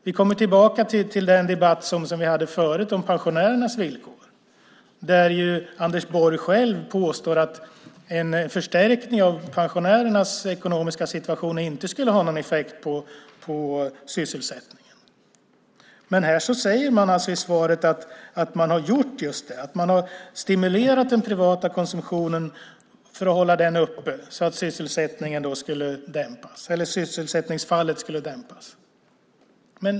Vi kommer tillbaka till den debatt som vi hade förut om pensionärernas villkor, där ju Anders Borg själv påstod att en förstärkning av pensionärernas ekonomiska situation inte skulle ha någon effekt på sysselsättningen. Men i svaret säger man alltså att man har gjort just det, att man har stimulerat den privata konsumtionen för att hålla den uppe så att sysselsättningsfallet skulle dämpas.